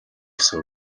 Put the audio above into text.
гэсэн